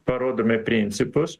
parodome principus